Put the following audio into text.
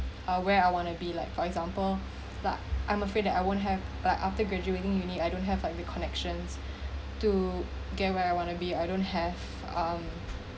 ah where I wanna be like for example like I'm afraid that I won't have like after graduating UNI I don't have like the connections to get where I want to be I don't have